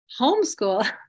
homeschool